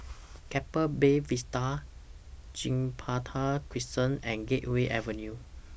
Keppel Bay Vista Gibraltar Crescent and Gateway Avenue